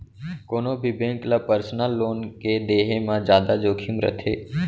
कोनो भी बेंक ल पर्सनल लोन के देहे म जादा जोखिम रथे